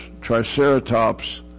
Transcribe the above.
triceratops